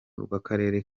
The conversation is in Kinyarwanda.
rw’akarere